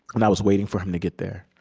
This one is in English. and i was waiting for him to get there